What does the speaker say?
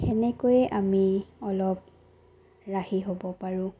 সেনেকৈয়ে আমি অলপ ৰাহি হ'ব পাৰোঁ